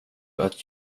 att